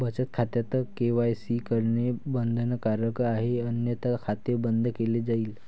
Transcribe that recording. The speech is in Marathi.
बचत खात्यात के.वाय.सी करणे बंधनकारक आहे अन्यथा खाते बंद केले जाईल